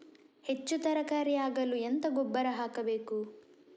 ಹೆಚ್ಚು ತರಕಾರಿ ಆಗಲು ಎಂತ ಗೊಬ್ಬರ ಹಾಕಬೇಕು?